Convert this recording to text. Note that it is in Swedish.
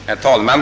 Herr talman!